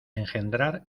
engendrar